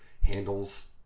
handles –